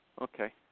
Okay